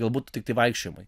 galbūt tiktai vaikščiojimui